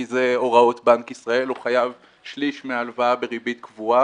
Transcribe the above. כי אלה הוראות בנק ישראל הוא חייב שליש מההלוואה בריבית קבועה.